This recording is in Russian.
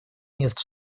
мест